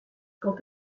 quant